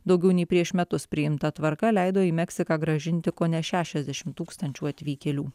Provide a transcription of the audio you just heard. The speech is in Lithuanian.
daugiau nei prieš metus priimta tvarka leido į meksiką grąžinti kone šešiasdešimt tūkstančių atvykėlių